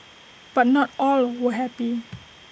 but not all were happy